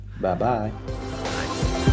bye-bye